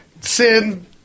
Sin